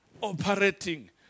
operating